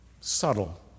subtle